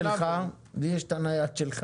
לי יש את הנייד שלך.